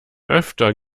öfter